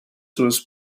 was